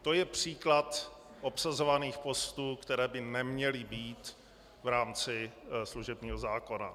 To je příklad obsazovaných postů, které by neměly být v rámci služebního zákona.